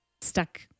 stuck